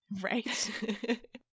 Right